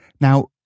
Now